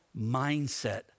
mindset